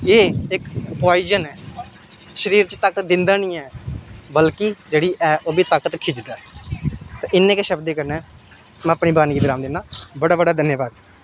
एह् इक पोआइजन ऐ शरीर च ताकत दिंदा निं ऐ बल्कि जेह्ड़ी है ओह् बी ताकत खिचदा ऐ ते इ'न्नें गै शब्दें कन्नै में अपनी वाणी गी विराम दिन्नां बड़ा बड़ा धन्यवाद